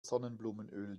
sonnenblumenöl